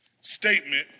statement